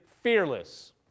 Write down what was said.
fearless